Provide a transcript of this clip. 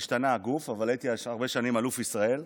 השתנה הגוף, אבל הייתי הרבה שנים אלוף ישראל.